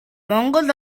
монгол